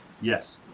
Yes